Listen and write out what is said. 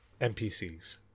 NPCs